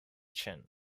chen